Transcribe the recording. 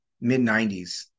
mid-90s